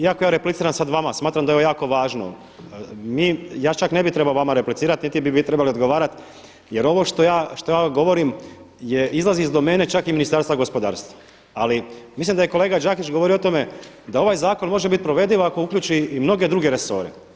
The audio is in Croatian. Iako ja repliciram sada vama, smatram da je ovo jako važno, ja čak ne bi trebao vama replicirati niti bi vi trebali odgovarat jer ovo što ja govorim izlazi iz domene čak i Ministarstva gospodarstva. ali mislim da je kolega Đakić govorio o tome da ovaj zakon može biti provediv ako uključi i mnoge druge resore.